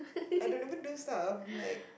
I don't never do stuff I'm like